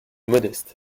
modestes